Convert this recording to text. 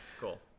cool